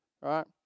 right